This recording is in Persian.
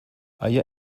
آیا